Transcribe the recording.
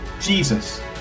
Jesus